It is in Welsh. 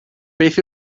beth